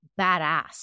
badass